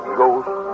ghost